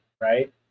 right